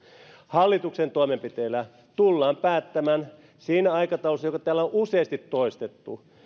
hallituksen toimenpiteillä tullaan päättämään siinä aikataulussa joka täällä on useasti toistettu eli